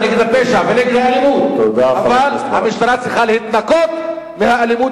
אורון, בהתחלה מקריאים.